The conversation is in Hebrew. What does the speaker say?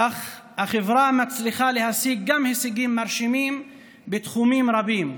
אך מצליחה להשיג גם הישגים מרשימים בתחומים רבים: